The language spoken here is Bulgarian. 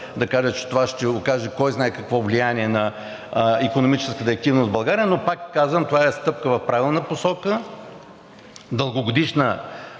да кажа, че това ще окаже кой знае какво влияние на икономическата активност в България, но повтарям, това е стъпка в правилна посока – дългогодишна